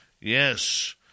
Yes